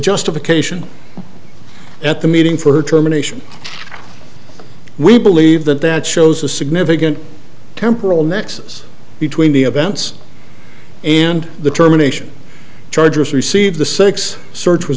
justification at the meeting for terminations we believe that that shows a significant temporal nexus between the events and the terminations charges received the six search was